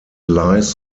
lies